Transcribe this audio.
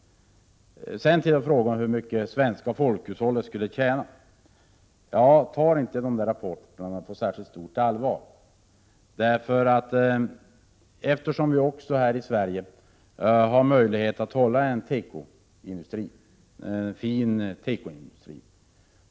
Sedan till frågan om hur mycket svenska folkhushållet skulle tjäna. Jag tar inte dessa rapporter på särskilt stort allvar. Vi har i Sverige möjlighet att upprätthålla en bra tekoindustri.